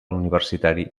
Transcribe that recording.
universitari